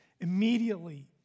immediately